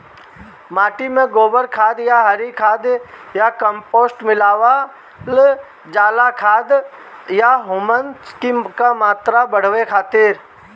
माटी में गोबर खाद या हरी खाद या कम्पोस्ट मिलावल जाला खाद या ह्यूमस क मात्रा बढ़ावे खातिर?